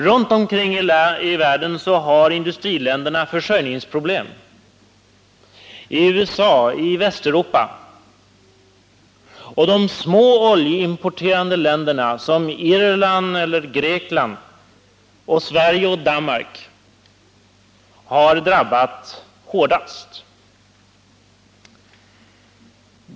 Runt omkring i världen har industriländerna försörjningsproblem — det gäller både USA och Västeuropa — och de små oljeimporterande länderna, såsom Irland, Grekland, Sverige och Danmark, har drabbats hårdast.